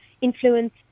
influence